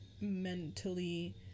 mentally